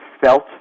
felt